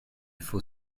faut